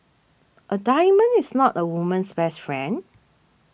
a diamond is not a woman's best friend